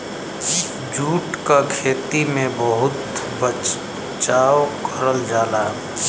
jute क खेती में बहुत बचाव करल जाला